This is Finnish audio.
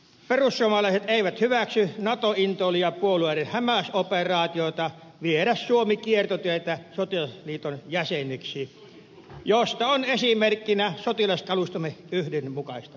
perussuomalaiset eivät hyväksy nato intoilijapuolueiden hämäysoperaatiota viedä suomi kiertotietä sotilasliiton jäseneksi mistä on esimerkkinä sotilaskalustomme yhdenmukaistaminen